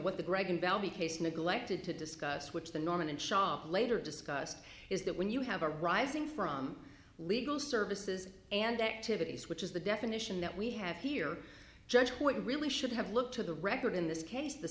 neglected to discuss which the norman and sharp later discussed is that when you have a rising from legal services and activities which is the definition that we have here judge what really should have looked to the record in this case the